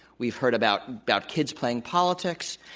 we've heard about about kids playing politics,